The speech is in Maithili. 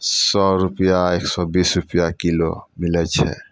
सओ रुपैआ एक सओ बीस रुपैआ किलो मिलै छै